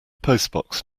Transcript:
postbox